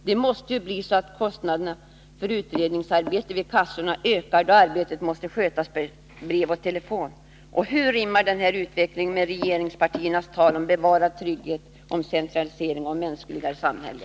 Det måste ju bli så att kostnaderna för utredningsarbetet vid kassorna ökar då arbetet måste skötas per brev och telefon. Hur rimmar den här utvecklingen med regeringspartiernas tal om bevarad trygghet, om decentralisering och ett mänskligare samhälle?